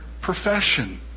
profession